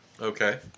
Okay